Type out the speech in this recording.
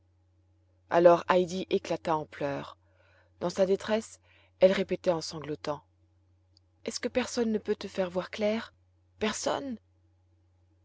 alors heidi éclata en pleurs dans sa détresse elle répétait en sanglotant est-ce que personne ne peut te faire voir clair personne